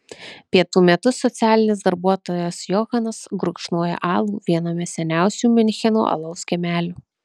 pietų metu socialinis darbuotojas johanas gurkšnoja alų viename seniausių miuncheno alaus kiemelių